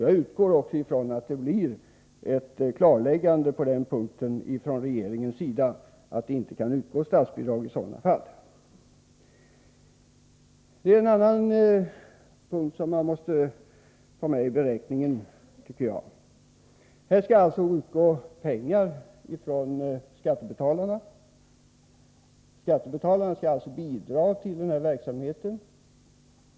Jag utgår från att det blir ett klarläggande på denna punkt från regeringens sida, att det inte kan utgå statsbidrag i sådana fall. Man måste även ta med en annan punkt i beräkningen. Till den här verksamheten skall alltså pengar från skattebetalarna utgå — skattebetalarna skall bidra till verksamheten.